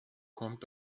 kommt